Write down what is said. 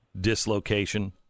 dislocation